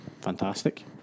fantastic